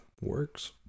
Works